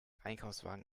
einkaufswagen